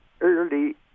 early